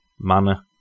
manner